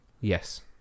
Yes